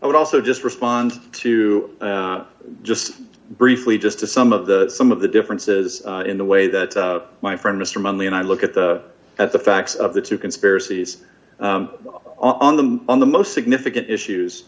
i would also just respond to just briefly just to some of the some of the differences in the way that my friend mr manley and i look at the at the facts of the two conspiracies on the on the most significant issues